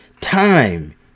Time